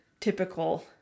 typical